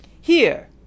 Here